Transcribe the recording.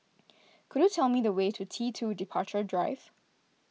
could you tell me the way to T two Departure Drive